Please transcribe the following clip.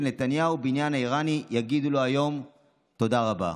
נתניהו בעניין האיראני יגידו לו היום תודה רבה".